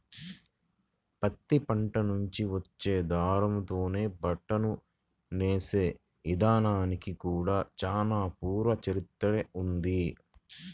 పత్తి పంట నుంచి వచ్చే దారంతోనే బట్టను నేసే ఇదానానికి కూడా చానా పూర్వ చరిత్రనే ఉంది